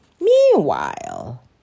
Meanwhile